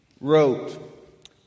wrote